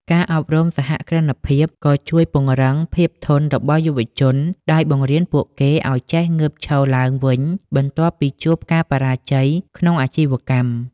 ការអប់រំសហគ្រិនភាពក៏ជួយពង្រឹង "ភាពធន់" របស់យុវជន ដោយបង្រៀនពួកគេឱ្យចេះងើបឈរឡើងវិញបន្ទាប់ពីជួបការបរាជ័យក្នុងអាជីវកម្ម។